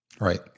Right